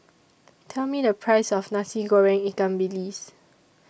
Tell Me The Price of Nasi Goreng Ikan Bilis